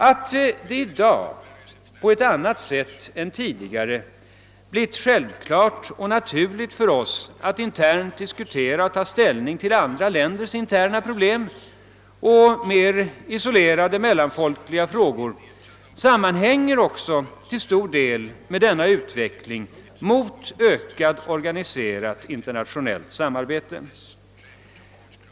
Att det i dag på ett annat sätt än tidigare blivit självklart och naturligt för oss att internt diskutera och ta ställning till andra länders interna problem och mera isolerade mellanfolkliga frågor sammanhänger också till stor del med denna utveckling mot ökat organiserat internationellt samarbete.